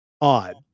Odd